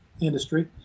industry